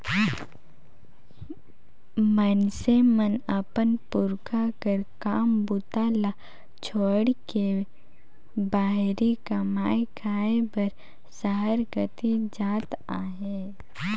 मइनसे मन अपन पुरखा कर काम बूता ल छोएड़ के बाहिरे कमाए खाए बर सहर कती जात अहे